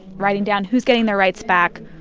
writing down who's getting their rights back,